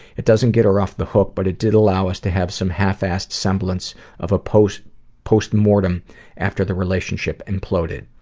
it doesn't get her off the hook, but it did allow us to have some half-assed semblance of a postmortem postmortem after the relationship imploded.